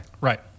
Right